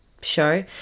show